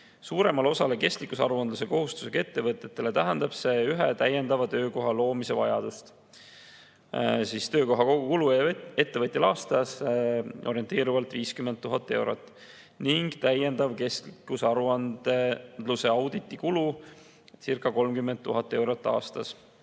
Suuremale osale kestlikkuse aruandluse kohustusega ettevõtetele tähendab see ühe täiendava töökoha loomise vajadust. Töökoha kogukulu ettevõtjale on aastas orienteeruvalt 50 000 eurot ning täiendav kestlikkuse aruandluse auditi kulucirca30 000 eurot aastas.